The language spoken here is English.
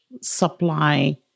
supply